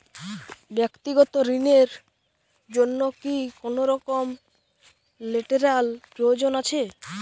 ব্যাক্তিগত ঋণ র জন্য কি কোনরকম লেটেরাল প্রয়োজন আছে?